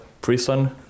prison